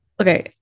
okay